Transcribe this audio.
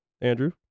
Andrew